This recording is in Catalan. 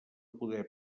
poder